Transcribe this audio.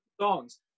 songs